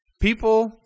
People